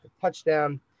Touchdown